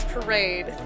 Parade